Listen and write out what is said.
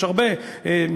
יש הרבה,